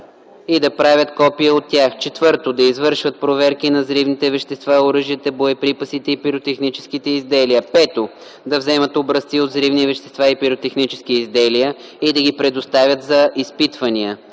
и да правят копия от тях; 4. да извършват проверки на взривните вещества, оръжията, боеприпасите и пиротехническите изделия; 5. да вземат образци от взривни вещества и пиротехнически изделия и да ги предоставят за изпитвания;